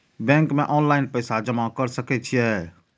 Bank में online पैसा जमा कर सके छीये?